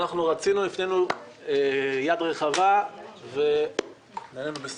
אנחנו רצינו, הפנינו יד רחבה ונענינו בסירוב.